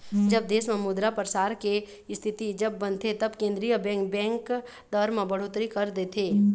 जब देश म मुद्रा परसार के इस्थिति जब बनथे तब केंद्रीय बेंक, बेंक दर म बड़होत्तरी कर देथे